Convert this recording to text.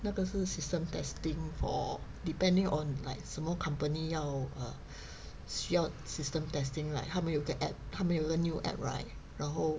那个是 system testing for depending on like 什么 company 要需要 system testing like 他们有个 app 他们有个 new app right 然后